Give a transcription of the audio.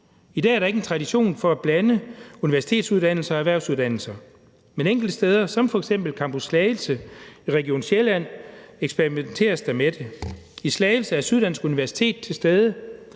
I dag er der ikke tradition for at blande universitetsuddannelser og erhvervsuddannelser, men enkelte steder som f.eks. på Campus Slagelse i Region Sjælland eksperimenteres der med det. I Slagelse er Syddansk Universitet til stede